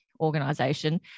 organization